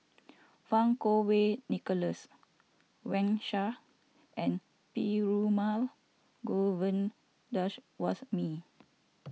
Fang Kuo Wei Nicholas Wang Sha and Perumal Govindaswasmy